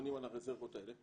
בונים על הרזרבות האלה.